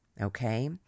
Okay